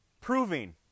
proving